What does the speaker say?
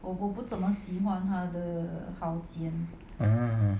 hmm